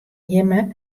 jimme